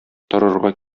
торырга